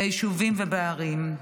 ביישובים ובערים.